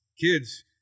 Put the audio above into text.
kids